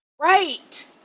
Right